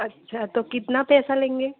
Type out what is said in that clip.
अच्छा तो कितना पैसा लेंगे